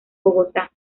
bogotá